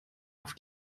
auf